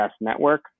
network